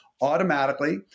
automatically